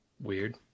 weird